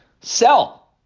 sell